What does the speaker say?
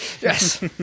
Yes